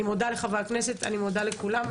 אני מודה לחברי הכנסת, אני מודה לכולם.